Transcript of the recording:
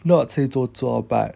not say 做作 but